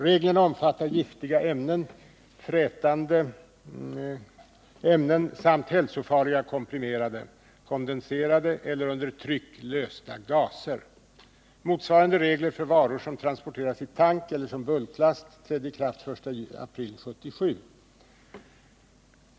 Reglerna omfattar giftiga ämnen, frätande ämnen samt hälsofarliga komprimerade, kondenserade eller under tryck lösta gaser. Motsvarande regler för varor som transporteras i tank eller som bulklast trädde i kraft den 1 april 1977.